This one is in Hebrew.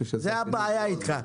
זאת הבעיה איתך.